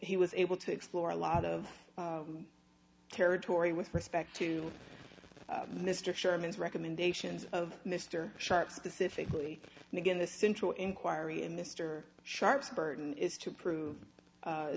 he was able to explore a lot of territory with respect to mr sherman's recommendations of mr sharp specifically and again the central inquiry and mr sharpe's burden is to prove